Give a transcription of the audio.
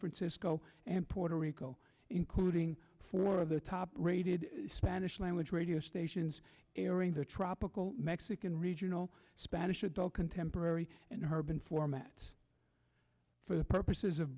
francisco and puerto rico including four of the top rated spanish language radio stations airing the tropical mexican regional spanish adult contemporary and herb and format for the purposes of